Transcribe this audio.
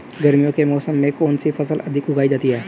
गर्मियों के मौसम में कौन सी फसल अधिक उगाई जाती है?